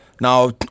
Now